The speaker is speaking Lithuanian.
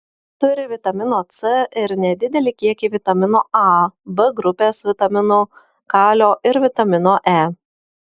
turi vitamino c ir nedidelį kiekį vitamino a b grupės vitaminų kalio ir vitamino e